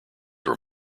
were